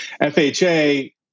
FHA